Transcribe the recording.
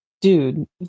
dude